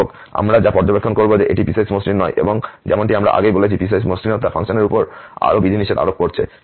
যাইহোক আমরা যা পর্যবেক্ষণ করব যে এটি পিসওয়াইস মসৃণ নয় এবং যেমনটি আমরা আগেই বলেছি পিসওয়াইস মসৃণতা ফাংশনের উপর আরো বিধিনিষেধ আরোপ করছে